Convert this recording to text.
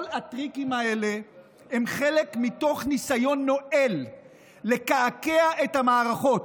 כל הטריקים האלה הם חלק מתוך ניסיון נואל לקעקע את המערכות.